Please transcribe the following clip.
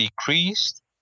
decreased